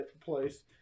place